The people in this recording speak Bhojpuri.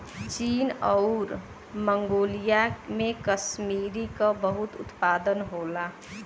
चीन आउर मन्गोलिया में कसमीरी क बहुत उत्पादन होला